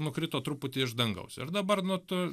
nukrito truputį iš dangaus ir dabar nu to